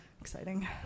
exciting